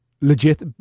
Legit